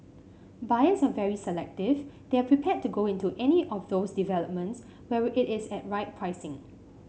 buyers are very selective they are prepared to go into any of those developments where it is at right pricing